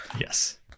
yes